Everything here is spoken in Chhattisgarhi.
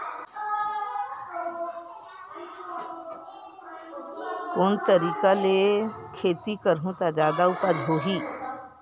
कोन तरीका ले खेती करहु त जादा उपज होही?